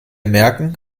merken